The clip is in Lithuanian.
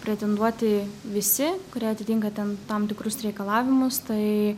pretenduoti visi kurie atitinka ten tam tikrus reikalavimus tai